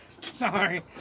Sorry